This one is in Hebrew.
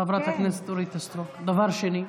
חברת הכנסת אורית סטרוק, דבר שני,